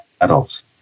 adults